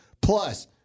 Plus